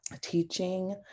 teaching